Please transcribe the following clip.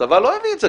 הצבא לא הביא את זה,